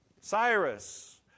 Cyrus